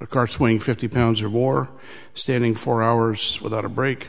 a cart swing fifty pounds or more standing for hours without a break